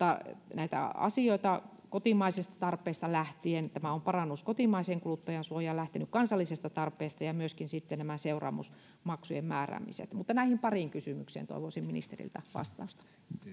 näitä asioita kotimaisista tarpeista lähtien tämä on parannus kotimaiseen kuluttajansuojaan lähtenyt kansallisesta tarpeesta ja myöskin sitten nämä seuraamusmaksujen määräämiset mutta näihin pariin kysymykseen toivoisin ministeriltä vastausta